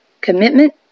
Commitment